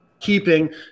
keeping